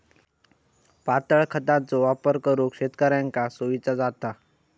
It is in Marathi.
पातळ खतांचो वापर करुक शेतकऱ्यांका सोयीचा जाता